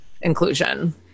inclusion